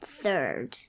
third